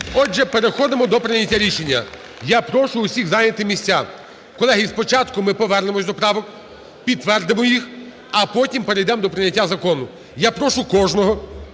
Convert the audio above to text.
Отже, переходимо до прийняття рішення. Я прошу усіх зайняти місця. Колеги, і спочатку ми повернемось до правок, підтвердимо їх, а потім перейдемо до прийняття закону. Я прошу кожного,